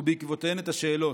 ובעקבותיהן את השאלות: